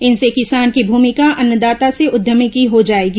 इनसे किसान की भूमिका अन्नदाता से उद्यमी की हो जाएगी